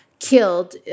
killed